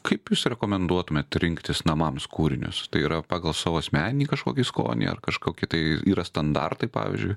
kaip jūs rekomenduotumėt rinktis namams kūrinius tai yra pagal savo asmeninį kažkokį skonį ar kažkokį tai yra standartai pavyzdžiui